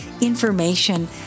information